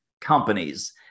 companies